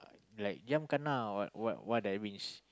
like young kena or what what that means